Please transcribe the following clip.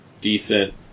decent